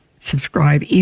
subscribe